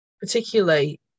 particularly